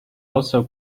also